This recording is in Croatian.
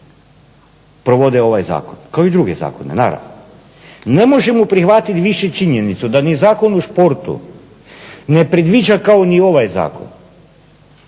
provode ovaj zakon kao i druge zakone naravno. Ne možemo prihvatiti više činjenicu da ni Zakon o športu ne predviđa kao ni ovaj zakon